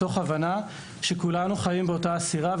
מתוך הבנה שכולנו חיים באותה הסירה,